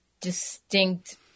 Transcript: distinct